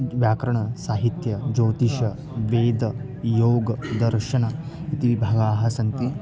व्याकरणं साहित्यं ज्योतिषं वेदः योगदर्शनम् इति विभागाः सन्ति